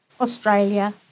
Australia